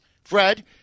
Fred